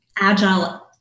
agile